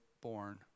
born